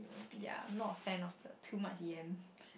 ya I'm not a fan of the too much yam